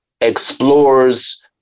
explores